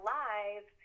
live